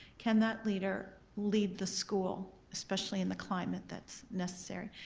can that leader lead the school? especially in the climate that's necessary.